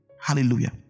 hallelujah